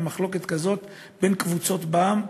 במחלוקת כזאת בין קבוצות בעם,